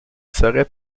serait